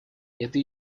это